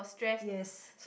yes